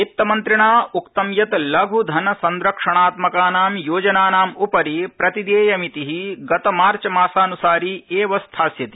वित्तमन्त्रिणा उक्त यत् लध् धन संरक्षणात्मकानां योजनानाम् उपरि प्रतिदेयमिति गतमार्चमासान्री एव स्थास्यति